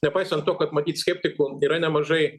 nepaisant to kad matyt skeptikų yra nemažai